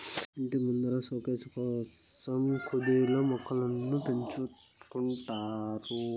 ఇంటి ముందర సోకేసు కోసం కుదిల్లో మొక్కలను పెంచుకుంటారు